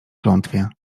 klątwie